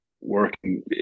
working